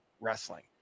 wrestling